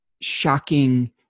shocking